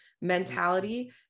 mentality